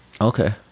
Okay